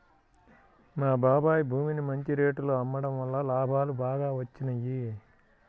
మా బాబాయ్ భూమిని మంచి రేటులో అమ్మడం వల్ల లాభాలు బాగా వచ్చినియ్యి